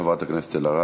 תודה, חברת הכנסת אלהרר.